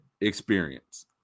experience